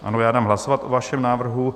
Ano, dám hlasovat o vašem návrhu.